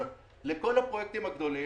לכל הפרויקטים הגדולים,